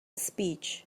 speech